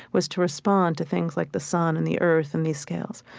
was to respond to things like the sun and the earth and these scales.